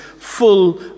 full